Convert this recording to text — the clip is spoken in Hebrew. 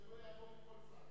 שזה לא יעבור עם כל שר.